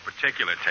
particular